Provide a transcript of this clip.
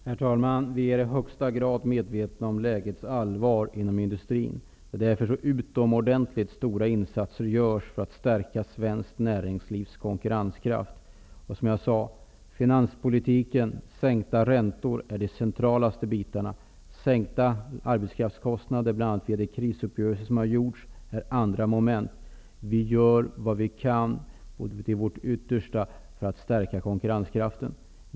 Herr talman! Vi är i högsta grad medvetna om det allvarliga läget för industrin. Det är därför så utomordentligt stora insatser görs för att stärka svenskt näringslivs konkurrenskraft. Som jag sade är finanspolitiken med sänkta räntor de mest centrala bitarna. En sänkning av arbetskraftskostnaderna, bl.a. via de krisuppgörelser som har genomförts, är andra moment. Vi gör vad vi kan till vårt yttersta för att stärka konkurrenskraften.